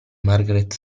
margaret